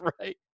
right